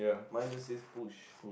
mine just say push